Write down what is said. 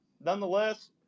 nonetheless